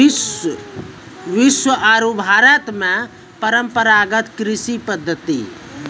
विश्व आरो भारत मॅ परंपरागत कृषि पद्धति